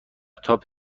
تاپ